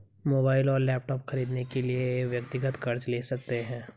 mobile और laptop खरीदने के लिए व्यक्तिगत कर्ज ले सकते है